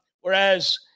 whereas